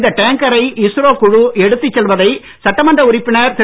இந்த டேங்கரை இஸ்ரோ குழு எடுத்துச்செல்வதை சட்டமன்ற உறுப்பினர் திரு